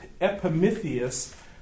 Epimetheus